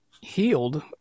healed